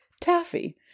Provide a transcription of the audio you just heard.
taffy